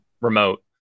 remote